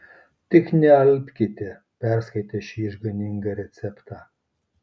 tik nealpkite perskaitę šį išganingą receptą